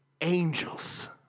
Angels